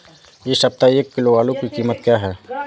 इस सप्ताह एक किलो आलू की कीमत क्या है?